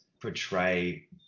portray